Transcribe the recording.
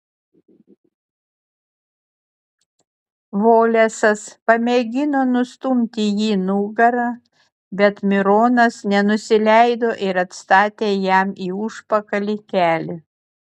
volesas pamėgino nustumti jį nugara bet mironas nenusileido ir atstatė jam į užpakalį kelį